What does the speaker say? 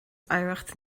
oidhreacht